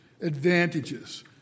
advantages